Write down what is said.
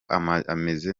ameze